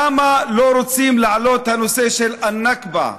למה לא רוצים להעלות את הנושא של הנכבה,